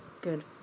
good